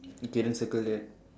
okay then circle that